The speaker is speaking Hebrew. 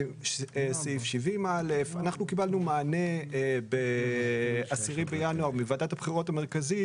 סעיף 70א. אנחנו קיבלנו מענה ב-10 בינואר מוועדת הבחירות המרכזית